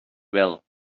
well